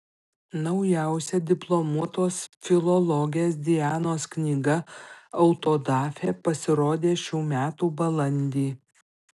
naujausia diplomuotos filologės dianos knyga autodafė pasirodė šių metų balandį